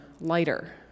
lighter